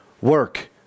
Work